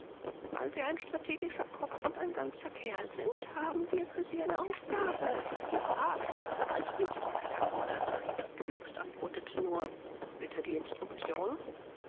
weil sie ein strategischer kopf und ganzer kerl sind haben wir für sie eine aufgabe die kurage und kaltblütigkeit erfordert jobst antwortete nur bitte die instruktion